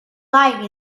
lying